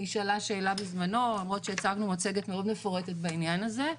נשאלה שאלה בזמנו למרות שהצגנו מצגת מאוד מפורטת בעניין הזה,